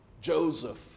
Joseph